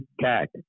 cat